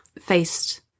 faced